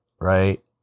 right